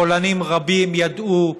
פולנים רבים ידעו,